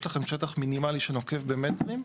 יש לכם שטח מינימלי שנוקב במטרים?